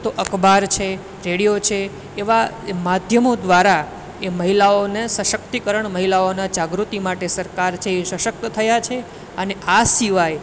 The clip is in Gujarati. તો અખબાર છે રેડિઓ છે કે એવા માધ્યમો દ્વારા એ મહિલાઓને સશક્તિકરણ મહિલાઓના જાગૃતિ માટે સરકાર છે એ સશક્ત થયા છે અને આ સિવાય